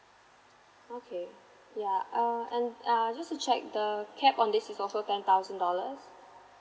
okay yeah uh and uh just to check the cap on this is also ten thousand dollars